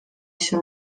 się